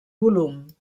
volum